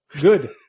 Good